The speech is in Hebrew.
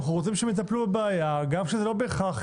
אנחנו רוצים שהם יטפלו בבעיה גם כשזה לא בהכרח